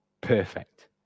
perfect